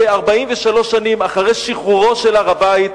כ-43 שנים אחרי שחרורו של הר-הבית,